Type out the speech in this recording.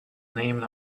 named